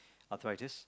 arthritis